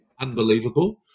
Unbelievable